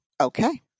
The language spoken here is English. Okay